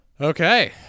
Okay